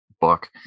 book